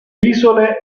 isole